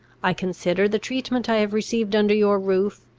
i consider the treatment i have received under your roof,